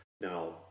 Now